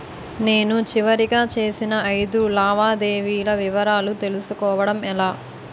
నేను చివరిగా చేసిన ఐదు లావాదేవీల వివరాలు తెలుసుకోవటం ఎలా?